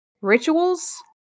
rituals